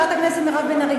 חברת הכנסת מירב בן ארי,